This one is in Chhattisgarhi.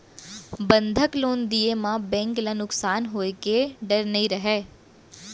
बंधक लोन दिये म बेंक ल नुकसान होए के डर नई रहय